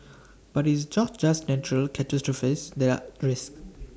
but it's job just natural catastrophes that are risks